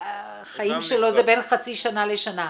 - החיים שלו בין חצי שנה לשנה.